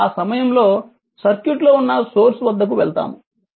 అప్పుడు ఆ సమయంలో సర్క్యూట్ లో ఉన్న సోర్స్ వద్దకు వెళ్తాము